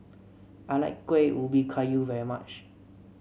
I like Kueh Ubi Kayu very much